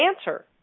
answer